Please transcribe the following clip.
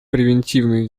превентивной